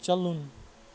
چلُن